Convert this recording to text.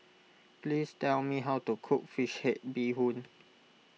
please tell me how to cook Fish Head Bee Hoon